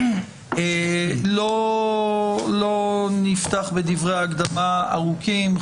לא נפתח בדברי הקדמה ארוכים.